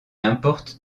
importe